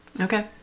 Okay